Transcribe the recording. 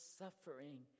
suffering